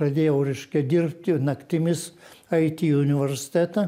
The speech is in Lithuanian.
pradėjau reiškia dirbti naktimis eiti į universitetą